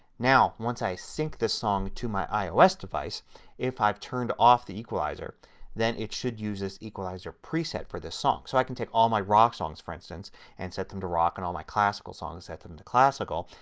now once i sync this song to my ios device if i've turned off the equalizer then it should use this equalizer preset for this song. so i can take all my rock songs for instance and set them to rock and all my classical songs and set them to classical.